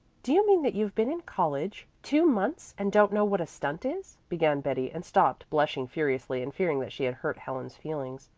do you mean that you've been in college two months and don't know what a stunt is began betty, and stopped, blushing furiously and fearing that she had hurt helen's feelings.